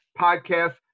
podcast